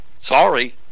sorry